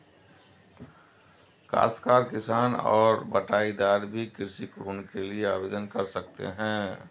काश्तकार किसान और बटाईदार भी कृषि ऋण के लिए आवेदन कर सकते हैं